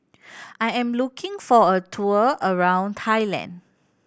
I am looking for a tour around Thailand